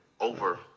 over